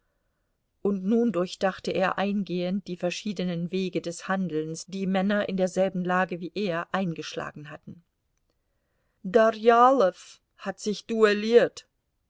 und nun durchdachte er eingehend die verschiedenen wege des handelns die männer in derselben lage wie er eingeschlagen hatten darjalow hat sich duelliert